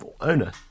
owner